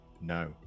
No